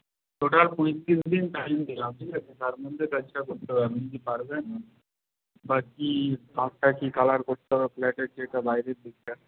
total পয়তিরিশ দিন time দিলাম ঠিক আছে তার মধ্যে কাজটা করতে হবে আপনি কি পারবেন বা কী কী কালার করতে হবে ফ্ল্যাটের যেটা বাইরের দিকটা